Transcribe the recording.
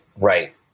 right